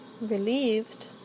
relieved